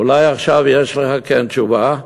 אולי עכשיו יש לך כן תשובה?